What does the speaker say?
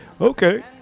okay